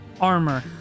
armor